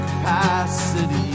capacity